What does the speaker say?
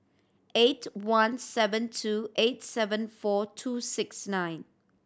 eight one seven two eight seven four two six nine